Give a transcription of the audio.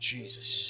Jesus